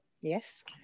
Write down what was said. Yes